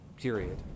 Period